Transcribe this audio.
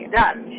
done